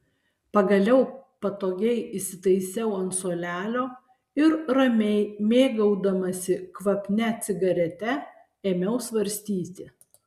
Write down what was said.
pagaliau patogiai įsitaisiau ant suolelio ir ramiai mėgaudamasi kvapnia cigarete ėmiau svarstyti